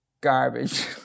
garbage